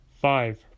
five